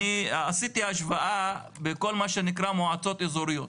אני עשיתי השוואה בין כל מה שנקרא מועצות אזוריות,